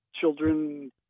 children